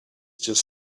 just